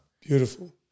Beautiful